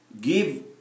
Give